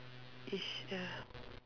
ya